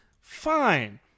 fine